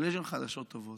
אבל יש גם חדשות טובות.